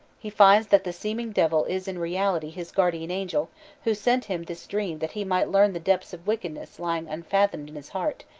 he finds that the seeming devil is in reality his guardian-angel who sent him this dream that he might learn the depths of wickedness lying unfathomed in his heart,